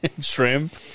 Shrimp